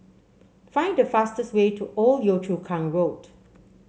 find the fastest way to Old Yio Chu Kang Road